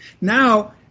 now